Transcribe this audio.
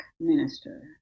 minister